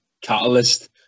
catalyst